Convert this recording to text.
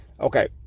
okay